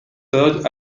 surge